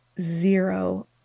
zero